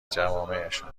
جوامعشان